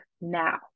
now